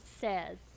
says